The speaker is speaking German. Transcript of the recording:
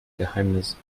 geheimnis